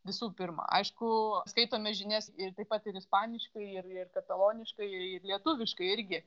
visų pirma aišku skaitome žinias ir taip pat ir ispaniškai ir ir kataloniškai ir lietuviškai irgi